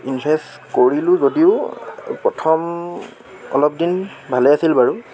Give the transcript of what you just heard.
invest কৰিলোঁ যদিও প্ৰথম অলপ দিন ভালে আছিল বাৰু